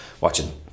watching